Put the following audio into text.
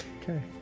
Okay